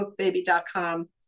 bookbaby.com